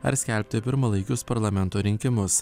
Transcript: ar skelbti pirmalaikius parlamento rinkimus